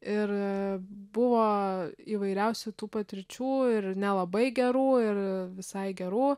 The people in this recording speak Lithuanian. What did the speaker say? ir buvo įvairiausių tų patirčių ir nelabai gerų ir visai gerų